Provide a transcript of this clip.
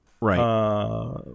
Right